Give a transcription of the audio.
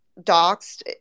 doxed